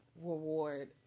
reward